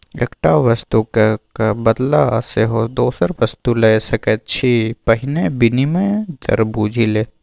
एकटा वस्तुक क बदला सेहो दोसर वस्तु लए सकैत छी पहिने विनिमय दर बुझि ले